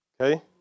Okay